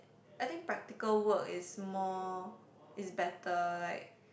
I think practical work is more is better like